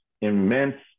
immense